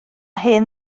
hen